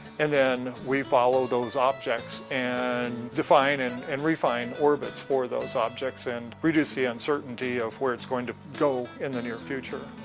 and then we follow those objects and define and and refine orbits for those objects, and we do see uncertainty of where it's going to go in the near future.